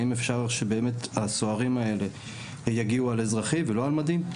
האם אפשר שבאמת הסוהרים האלה יגיעו על אזרחי ולא על מדים?